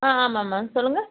ஆ ஆமாம் மேம் சொல்லுங்கள்